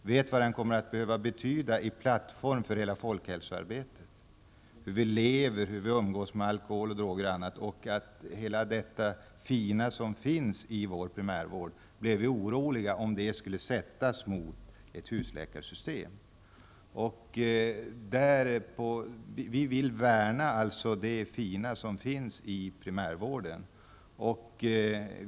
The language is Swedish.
Vi vet vad den kommer att betyda som plattform för hela folkhälsoarbetet -- för hur vi lever, hur vi umgås med alkohol och droger. Vi blev oroliga för att hela detta fina som finns i vår primärvård skulle sättas mot ett husläkarsystem. Vi vill alltså värna det fina som finns i primärvården.